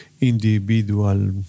individual